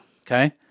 Okay